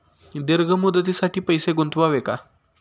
दीर्घ मुदतीसाठी पैसे गुंतवावे का?